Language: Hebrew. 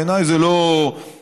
בעיניי זה לא רלוונטי.